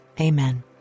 Amen